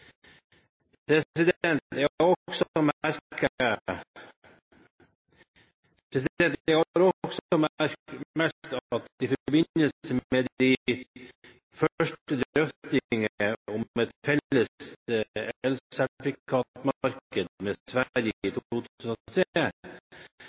Jeg har også merket meg at i forbindelse med de første drøftingene om et felles elsertifikatmarked med Sverige i